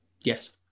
Yes